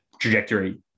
trajectory